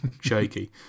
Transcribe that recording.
shaky